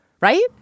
Right